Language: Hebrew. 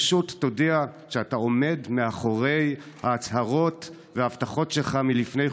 פשוט תודיע שאתה עומד מאחורי ההצהרות וההבטחות שלך מלפני חודשים.